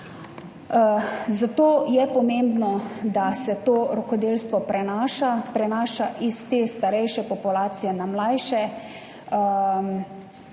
Zato je pomembno, da se to rokodelstvo prenaša, prenaša s te starejše populacije na mlajše,